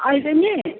अहिले नि